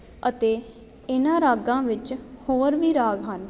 ਅਤੇ ਇਹਨਾਂ ਰਾਗਾਂ ਵਿੱਚ ਹੋਰ ਵੀ ਰਾਗ ਹਨ